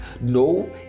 no